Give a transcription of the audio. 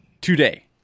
today